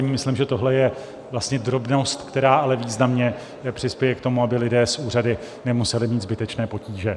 Myslím, že tohle je vlastně drobnost, která ale významně přispěje k tomu, aby lidé s úřady nemuseli mít zbytečné potíže.